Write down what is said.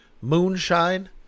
Moonshine